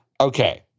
Okay